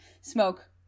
smoke